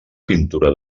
pintura